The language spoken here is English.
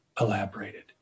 elaborated